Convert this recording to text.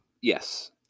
yes